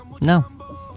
no